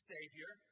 Savior